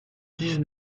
dix